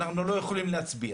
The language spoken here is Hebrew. אנחנו לא יכולים להצביע.